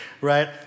right